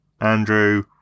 Andrew